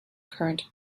current